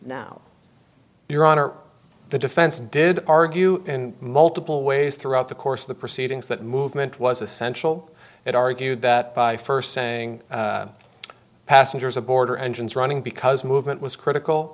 now your honor the defense did argue in multiple ways throughout the course of the proceedings that movement was essential that argued that first saying passengers aboard are engines running because movement was critical